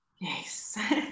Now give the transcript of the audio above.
Yes